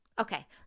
Okay